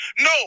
No